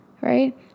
right